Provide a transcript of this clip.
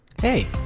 Hey